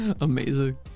Amazing